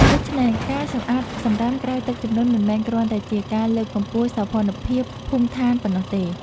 ដូច្នេះ ការសម្អាតសម្រាមក្រោយទឹកជំនន់មិនមែនគ្រាន់តែជាការលើកកម្ពស់សោភណភាពភូមិដ្ឋានប៉ុណ្ណោះទេ។